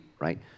right